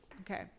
Okay